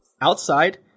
outside